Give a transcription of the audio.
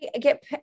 get